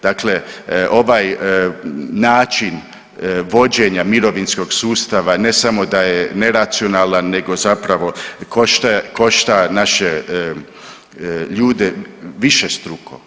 Dakle, ovaj način vođenja mirovinskog sustav ne samo da je neracionalan nego zapravo košta naše ljude višestruko.